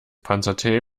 panzertape